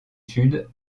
sud